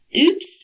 Oops